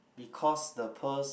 because the pearls